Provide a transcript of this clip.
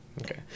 Okay